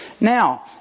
Now